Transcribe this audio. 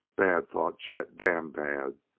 bad! thought chet. damn bad!